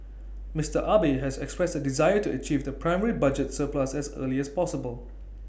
Mister Abe has expressed A desire to achieve the primary budget surplus as early as possible